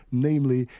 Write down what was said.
namely,